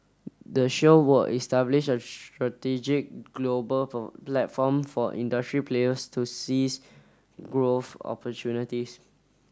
the show will establish a strategic global platform for industry players to seize growth opportunities